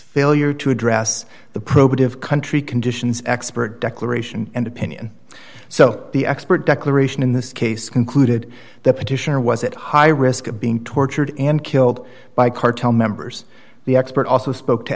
failure to address the probative country conditions expert declaration and opinion so the expert declaration in this case concluded that petitioner was at high risk of being tortured and killed by cartel members the expert also spoke to